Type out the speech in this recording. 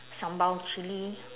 sambal chilli